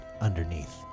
underneath